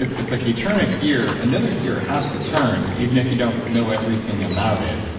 it's like you turn a gear, another gear has to turn even if you don't know everything about it.